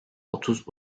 otuz